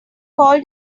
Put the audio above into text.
called